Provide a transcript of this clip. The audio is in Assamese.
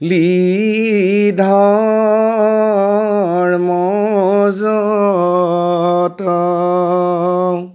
নি ধৰ্ম য'ত